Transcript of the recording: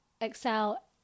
excel